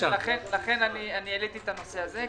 לכן העליתי את הנושא הזה,